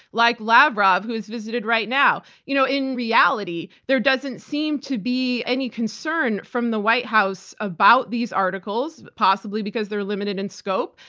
like lavrov who has visited right now. you know in reality, there doesn't seem to be any concern from the white house about these articles, possibly because they're limited in scope,